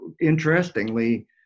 interestingly